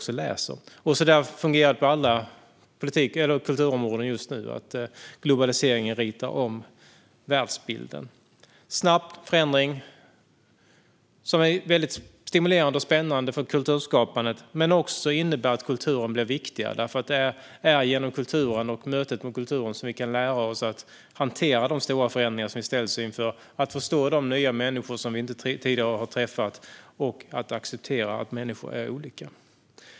Så fungerar det på alla kulturområden just nu: Globaliseringen ritar om världsbilden. Detta är en snabb förändring som är väldigt stimulerande och spännande för kulturskapandet men som också innebär att kulturen blir viktigare. Det är genom kulturen och mötet med den som vi kan lära oss att hantera de stora förändringar vi ställs inför, att förstå nya människor som vi inte tidigare har träffat och att acceptera att människor är olika.